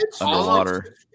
underwater